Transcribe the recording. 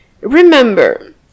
Remember